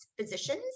physicians